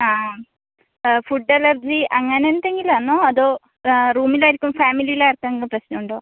ആ ആ food allergy അങ്ങനെ എന്തെങ്കിലും ആണോ അതോ റൂമിൽ ആർക്കും ഫാമിലിയിൽ ആർക്കെങ്കിലും പ്രശ്നം ഉണ്ടോ